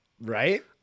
right